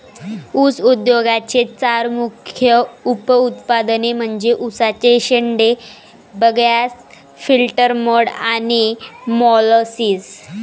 ऊस उद्योगाचे चार मुख्य उप उत्पादने म्हणजे उसाचे शेंडे, बगॅस, फिल्टर मड आणि मोलॅसिस